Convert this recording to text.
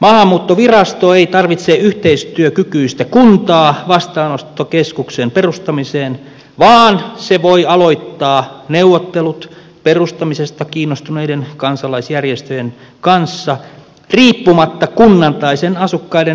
maahanmuuttovirasto ei tarvitse yhteistyökykyistä kuntaa vastaanottokeskuksen perustamiseen vaan se voi aloittaa neuvottelut perustamisesta kiinnostuneiden kansalaisjärjestöjen kanssa riippumatta kunnan tai sen asukkaiden mielipiteistä